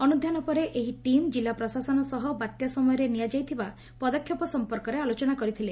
ଅନୁଧାନ ପରେ ଏହି ଟିମ୍ କିଲ୍ଲା ପ୍ରଶାସନ ସହ ବାତ୍ୟା ସମୟରେ ନିଆଯାଇଥିବା ପଦକ୍ଷେପ ସମ୍ମର୍କରେ ଆଲୋଚନା କରିଥିଲେ